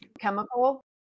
chemical